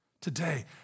today